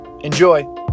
Enjoy